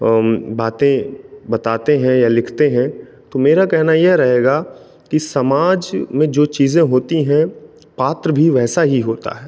बातें बताते हैं या लिखते है तो मेरा कहना ये रहेगा की समाज में जो चीज़ें होती हैं पात्र भी वैसा ही होता है